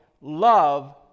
love